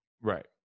Right